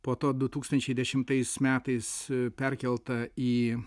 po to du tūkstančiai dešimtais metais perkelta į